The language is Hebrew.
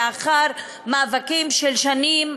לאחר מאבקים של שנים,